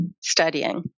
studying